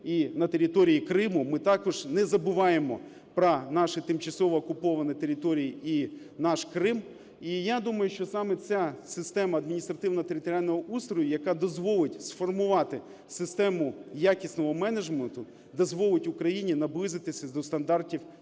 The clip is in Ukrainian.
і на території Криму. Ми також не забуваємо про наші тимчасово окуповані території і наш Крим. І я думаю, що саме ця система адміністративно-територіального устрою, яка дозволить сформувати систему якісного менеджменту, дозволить Україні наблизитися до стандартів